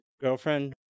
girlfriend